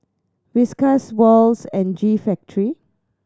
Whiskas Wall's and G Factory